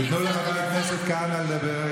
תאפשרו לחבר הכנסת מתן כהנא לדבר.